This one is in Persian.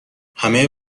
همه